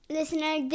Listener